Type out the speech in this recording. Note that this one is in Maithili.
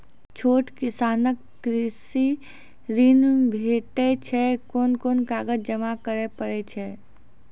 छोट किसानक कृषि ॠण भेटै छै? कून कून कागज जमा करे पड़े छै?